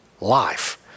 life